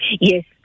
Yes